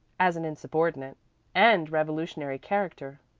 as an insubordinate and revolutionary character.